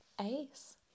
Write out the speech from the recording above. Ace